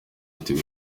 ati